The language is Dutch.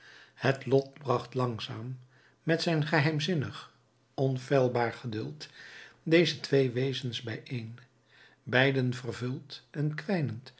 het lot bracht langzaam met zijn geheimzinnig onfeilbaar geduld deze twee wezens bijeen beiden vervuld en